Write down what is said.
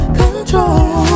control